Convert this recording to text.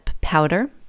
powder